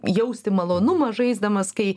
jausti malonumą žaisdamas kai